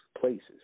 places